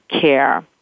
care